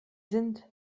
sind